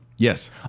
yes